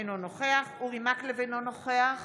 אינו נוכח אורי מקלב, אינו נוכח